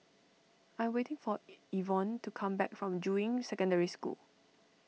I am waiting for Ivonne to come back from Juying Secondary School